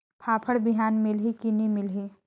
फाफण बिहान मिलही की नी मिलही?